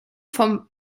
vom